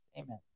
Amen